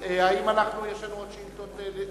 האם יש עוד שאילתות?